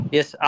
Yes